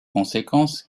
conséquence